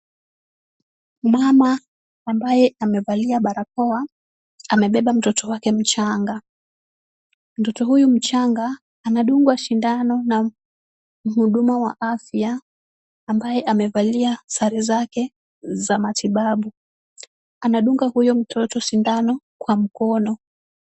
Mama ambaye amevalia barakoa amebeba mtoto wake mchanga, mtoto huyu mchanga anadungwa sindano na mhuduma wa afya ambaye amevalia sare zake za matibabu, anadunga huyo mtoto sindano kwa mkono.